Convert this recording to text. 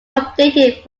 updated